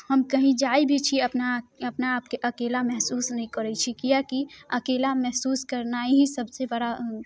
हम कहीं जाइ भी छियै अपना अपना आपके अकेला महसूस नहि करै छियै किएक कि अकेला महसूस करनाइ ही सभसँ बड़ा